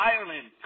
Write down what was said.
Ireland